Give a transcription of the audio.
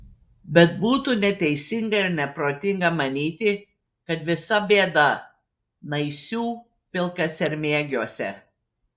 bet būtų neteisinga ir neprotinga manyti kad visa bėda naisių pilkasermėgiuose